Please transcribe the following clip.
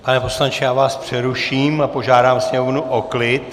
Pane poslanče, já vás přeruším a požádám sněmovnu o klid.